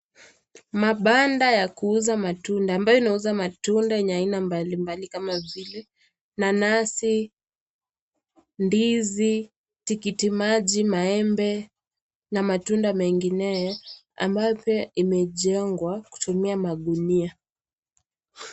Mabanda ya kuuza matunda ambayo inauza matunda yenye aina mbalimbali kama vile nanasi, ndizi, tikiti maji, maembe na matunda mengineyo ambayo pia imejengwa kutumia magunia.